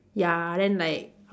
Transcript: ya then like